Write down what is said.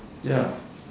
ya